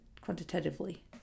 quantitatively